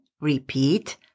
Repeat